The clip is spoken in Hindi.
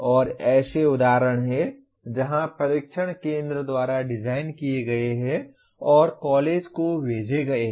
और ऐसे उदाहरण हैं जहां परीक्षण केंद्र द्वारा डिज़ाइन किए गए हैं और कॉलेज को भेजे गए हैं